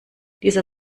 dieser